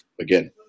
again